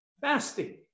Fasting